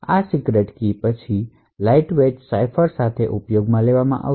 આ સીક્રેટકી પછી lightweight cipher સાથે ઉપયોગમાં લેવામાં આવશે